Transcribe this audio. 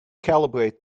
calibrate